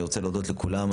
אני רוצה להודות לכולם,